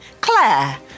Claire